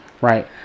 right